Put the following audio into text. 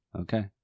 Okay